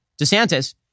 DeSantis